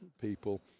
people